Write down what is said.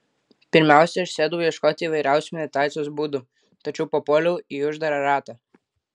pirmiausia aš sėdau ieškoti įvairiausių meditacijos būdų tačiau papuoliau į uždarą ratą